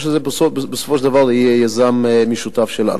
או שזה בסופו של דבר יהיה יזם משותף שלנו.